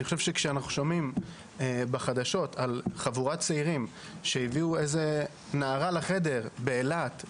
כשאנחנו שומעים בחדשות על חבורת צעירים שהביאו איזו נערה לחדר באילת,